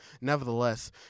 nevertheless